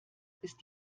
ist